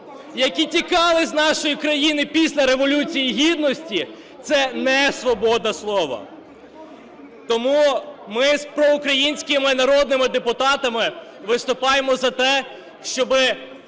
які тікали з нашої країни після Революції Гідності – це не свобода слова. Тому ми з проукраїнськими народними депутатами виступаємо за те, щоб